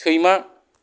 सैमा